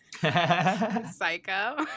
psycho